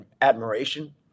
admiration